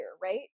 right